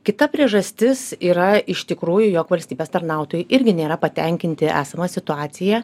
kita priežastis yra iš tikrųjų jog valstybės tarnautojai irgi nėra patenkinti esama situacija